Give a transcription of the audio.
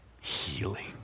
healing